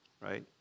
right